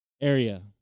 area